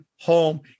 home